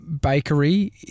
bakery